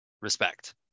respect